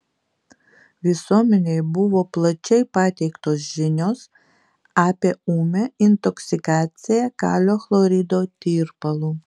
visuomenei buvo plačiai pateiktos žinios apie ūmią intoksikaciją kalio chlorido tirpalu